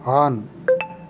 on